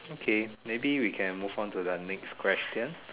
okay maybe we can move on to the next question